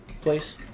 place